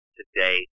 today